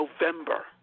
November